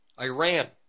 Iran